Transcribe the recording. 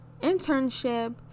internship